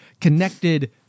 connected